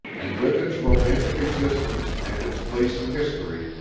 and with its romantic existence, and its place in history.